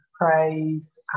praise